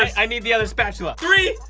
i need the other spatula. three,